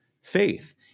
Faith